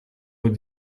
nous